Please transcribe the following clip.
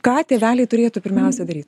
ką tėveliai turėtų pirmiausia daryt